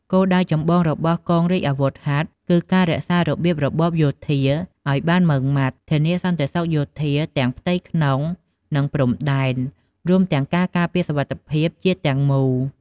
គោលដៅចម្បងរបស់កងរាជអាវុធហត្ថគឺការរក្សារបៀបរបបយោធាឲ្យបានម៉ឺងម៉ាត់ ធានាសន្តិសុខយោធាទាំងផ្ទៃក្នុងនិងព្រំដែន រួមទាំងការការពារសុវត្ថិភាពជាតិទាំងមូល។